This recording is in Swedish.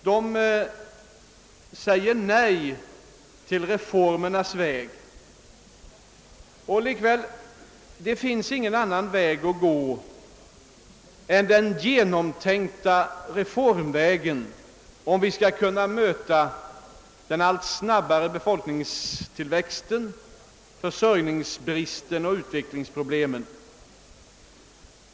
De säger nej till reformernas väg, och likväl finns det ingen annan väg att gå än den genomtänkta reformvägen, om vi skall kunna möta den allt snabbare befolkningstillväxten, försörjningsbristen och utvecklingsproblemen.